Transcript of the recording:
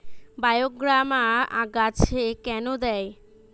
বায়োগ্রামা গাছে কেন দেয়?